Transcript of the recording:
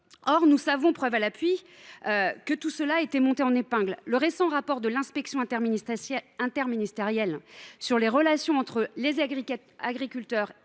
Or nous savons tous, preuve à l’appui, que la situation a été montée en épingle. Le récent rapport de l’inspection interministérielle sur les relations entre les agriculteurs et